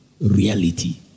reality